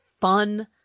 fun